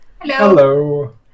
Hello